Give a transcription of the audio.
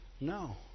No